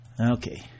Okay